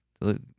look